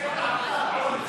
טלב אבו עראר,